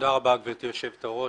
תודה רבה, גברתי היושבת-ראש.